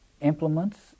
implements